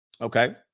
Okay